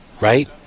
right